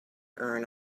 earn